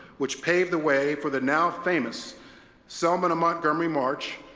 which paved the way for the now-famous selma-to-montgomery march,